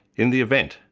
in the event,